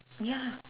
ya